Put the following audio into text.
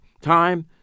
Time